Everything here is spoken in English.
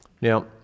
Now